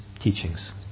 teachings